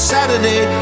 Saturday